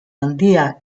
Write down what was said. handia